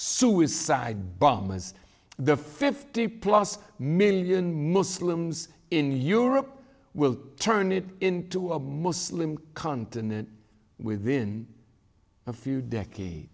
suicide bombers the fifty plus million muslims in europe will turn it into a muslim continent within a few decades